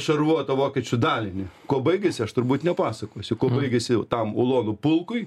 šarvuotą vokiečių dalinį kuo baigėsi aš turbūt nepasakosiu kuo baigėsi tam ulonų pulkui